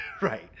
right